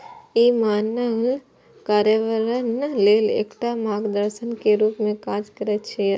ई मानक कार्यान्वयन लेल एकटा मार्गदर्शक के रूप मे काज करै छै